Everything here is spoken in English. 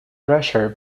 pressure